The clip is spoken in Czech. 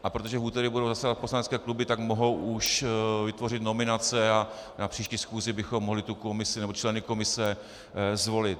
A protože v úterý budou zasedat poslanecké kluby, tak mohou už vytvořit nominace a na příští schůzi bychom mohli tu komisi, nebo členy komise, zvolit.